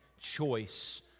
choice